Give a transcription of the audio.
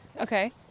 Okay